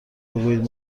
بگویید